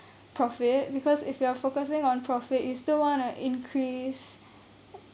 profit because if you are focusing on profit you still want to increase